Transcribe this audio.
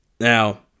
Now